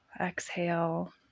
Exhale